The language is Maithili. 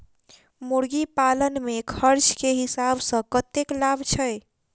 मुर्गी पालन मे खर्च केँ हिसाब सऽ कतेक लाभ छैय?